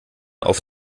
auf